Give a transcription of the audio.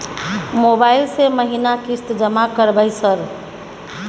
Mobile से महीना किस्त जमा करबै सर?